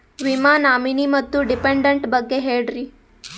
ವಿಮಾ ನಾಮಿನಿ ಮತ್ತು ಡಿಪೆಂಡಂಟ ಬಗ್ಗೆ ಹೇಳರಿ?